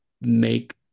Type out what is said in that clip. make